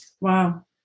Wow